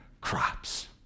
crops